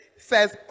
says